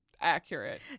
accurate